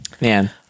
man